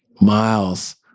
Miles